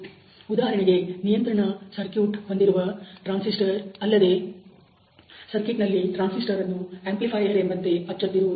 ಉದಾಹರಣೆಗೆ ನಿಯಂತ್ರಣ ಸರ್ಕ್ಯೂಟ್ ಹೊಂದಿರುವ ಟ್ರಾನ್ಸಿಸ್ಟರ್ ಮತ್ತು ಅಲ್ಲದೆ ಸರ್ಕಿಟ್ ನಲ್ಲಿ ಟ್ರಾನ್ಸಿಸ್ಟರ್ ಅನ್ನು ಆಂಪ್ಲಿಫೈಯರ್ ಎಂಬಂತೆ ಅಚ್ಚೋತ್ತಿರುವುದು